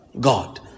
God